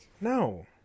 no